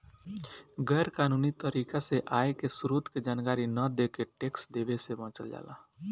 गैर कानूनी तरीका से आय के स्रोत के जानकारी न देके टैक्स देवे से बचल जाला